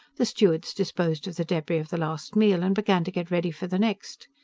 the stewards disposed of the debris of the last meal, and began to get ready for the next.